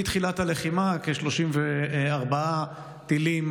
מתחילת הלחימה כ-34 טילים,